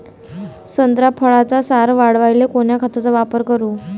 संत्रा फळाचा सार वाढवायले कोन्या खताचा वापर करू?